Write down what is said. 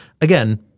Again